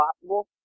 possible